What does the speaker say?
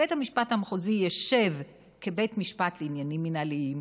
בית המשפט המחוזי ישב כבית משפט לעניינים מינהליים,